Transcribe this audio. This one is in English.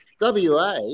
WA